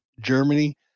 Germany